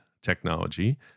technology